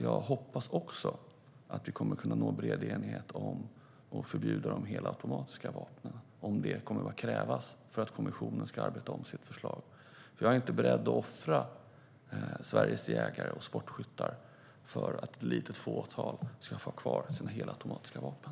Jag hoppas att vi också kommer att kunna nå en bred enighet om att förbjuda de helautomatiska vapnen om det kommer att krävas för att kommissionen ska arbeta om sitt förslag. Jag är inte beredd att offra Sveriges jägare och sportskyttar för att ett litet fåtal ska få ha kvar sina helautomatiska vapen.